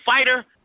fighter